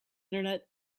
internet